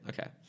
Okay